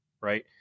right